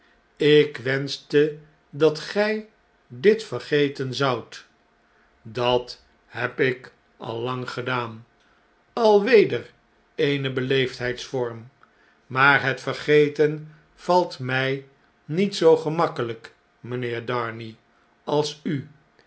ik wenschte dat gij dit vergeten zoudt dat heb ik al lang gedaan alweder een beleefdheidsvorm maar het vergeten valt mij niet zoo gemakkelyk mynheer darnay als u